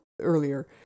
earlier